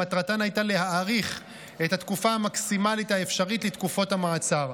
שמטרתן הייתה להאריך את התקופה המקסימלית האפשרית לתקופות המעצר.